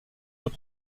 deux